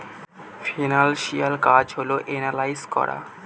financial কাজ হল analyse করা